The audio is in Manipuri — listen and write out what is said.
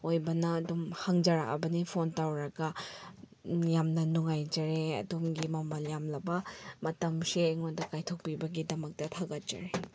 ꯑꯣꯏꯕꯅ ꯑꯗꯨꯝ ꯍꯪꯖꯔꯛꯂꯕꯅꯦ ꯐꯣꯟ ꯇꯧꯔꯒ ꯌꯥꯝꯅ ꯅꯨꯡꯉꯥꯏꯖꯔꯦ ꯑꯗꯣꯝꯒꯤ ꯃꯃꯜ ꯌꯥꯝꯂꯕ ꯃꯇꯝꯁꯦ ꯑꯩꯉꯣꯟꯗ ꯀꯥꯏꯊꯣꯛꯄꯤꯕꯒꯤꯗꯃꯛꯇ ꯊꯥꯒꯠꯆꯔꯤ